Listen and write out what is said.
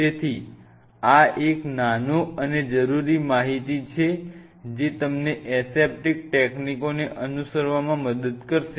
તેથી આ એક નાનો અને જરુરી માહિતી છે જે તમને એસેપ્ટીક ટેકનીકોને અનુસરવામાં મદદ કરશે